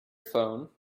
phone